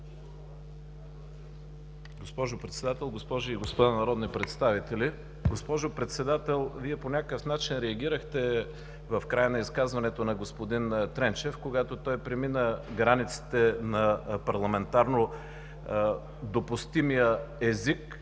Госпожо Председател, госпожи и господа народни представители! Госпожо Председател, Вие по някакъв начин реагирахте в края на изказването на господин Тренчев, когато той премина границите на парламентарно допустимия език,